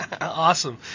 Awesome